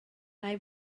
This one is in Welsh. nai